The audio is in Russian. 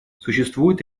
существует